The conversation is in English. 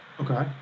Okay